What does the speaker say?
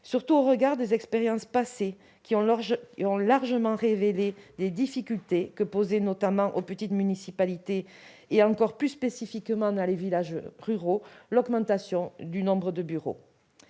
surtout au regard des expériences passées, qui ont largement révélé les difficultés que posait, notamment aux petites municipalités, et encore plus spécifiquement aux villages ruraux, l'augmentation du nombre de bureaux.